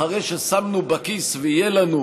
אחרי ששמנו בכיס ויהיו לנו,